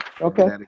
Okay